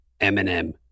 Eminem